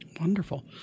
Wonderful